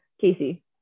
Casey